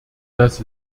das